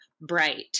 bright